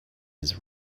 his